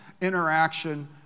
interaction